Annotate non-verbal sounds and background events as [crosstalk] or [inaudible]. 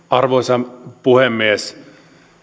[unintelligible] arvoisa puhemies